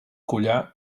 collar